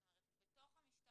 זאת אומרת בתוך המשטרה,